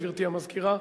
גברתי המזכירה,